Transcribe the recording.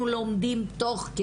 אנחנו גם הזמנו את שרת הפנים